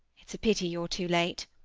it's a pity you're too late.